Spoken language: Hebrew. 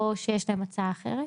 או שיש להם הצעה אחרת.